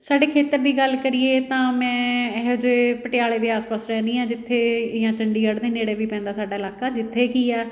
ਸਾਡੇ ਖੇਤਰ ਦੀ ਗੱਲ ਕਰੀਏ ਤਾਂ ਮੈਂ ਇਹੋ ਜਿਹੇ ਪਟਿਆਲੇ ਦੇ ਆਸ ਪਾਸ ਰਹਿੰਦੀ ਹਾਂ ਜਿੱਥੇ ਜਾਂ ਚੰਡੀਗੜ ਦੇ ਨੇੜੇ ਵੀ ਪੈਂਦਾ ਸਾਡਾ ਇਲਾਕਾ ਜਿੱਥੇ ਕੀ ਆ